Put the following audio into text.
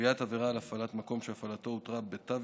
קביעת עבירה על הפעלת מקום שהפעלתו התורה בתו